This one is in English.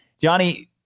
Johnny